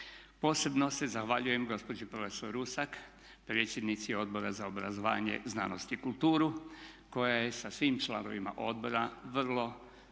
Posebno se zahvaljujem gospođi prof. Rusak, predsjednici Odbora za obrazovanje, znanost i kulturu koja je sa svim članovima odbora vrlo